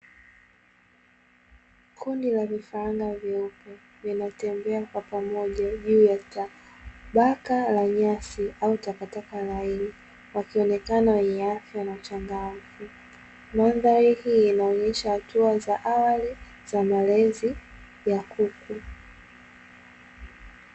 Kundi la vifaranga vyeupe vinatembea kwa pamoja juu ya baka la nyasi au takataka laini wakionekana wenye afya na uchangamfu, mandhari hii inaonyesha hatua za awali za malezi ya kuku.